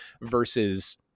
versus